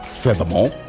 Furthermore